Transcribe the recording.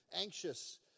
anxious